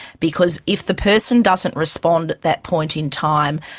because if the person doesn't respond at that point in time,